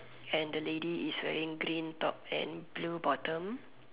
and the lady is wearing green top and blue bottom